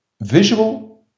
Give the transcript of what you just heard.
visual